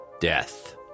death